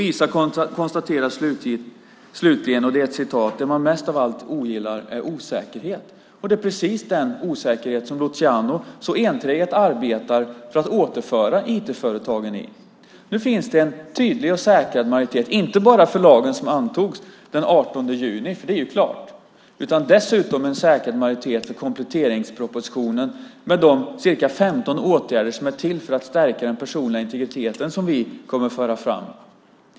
ISA konstaterar slutligen att det man mest av allt ogillar är osäkerhet. Och det är precis den osäkerhet som Luciano så enträget arbetar för att återföra IT-företagen i. Nu finns det en tydlig och säkrad majoritet, inte bara för lagen som antogs den 18 juni, för den är ju klar, utan dessutom en säkrad majoritet för kompletteringspropositionen med de ca 15 åtgärder som är till för att stärka den personliga integriteten som vi kommer att föra fram.